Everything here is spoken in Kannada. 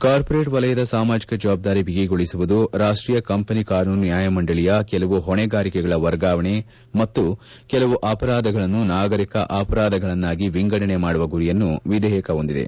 ಕಾರ್ಪೊರೇಟ್ ವಲಯದ ಸಾಮಾಜಿಕ ಜವಾಬ್ದಾರಿ ಬಿಗಿಗೊಳಿಸುವುದು ರಾಷ್ಷೀಯ ಕಂಪನಿ ಕಾನೂನು ನ್ಗಾಯಮಂಡಳಿಯ ಕೆಲವು ಹೊಣೆಗಾರಿಕೆಗಳ ವರ್ಗಾವಣೆ ಮತ್ತು ಕೆಲವು ಅಪರಾಧಗಳನ್ನು ನಾಗರಿಕ ಅಪರಾಧಗಳನ್ನಾಗಿ ವಿಗಂಡಣೆ ಮಾಡುವ ಗುರಿಯನ್ನು ವಿಧೇಯಕ ಹೊಂದಿದೆ